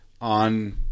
on